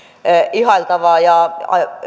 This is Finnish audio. ihailtavaa ja